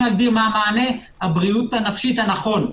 להגדיר מה המענה של הבריאות הנפשי הנכון.